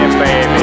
baby